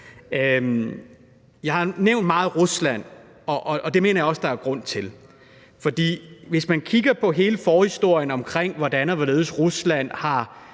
Jeg har nævnt Rusland meget, og det mener jeg også der er grund til. For hvis man kigger på hele forhistorien om, hvordan og hvorledes Rusland har